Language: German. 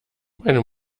meine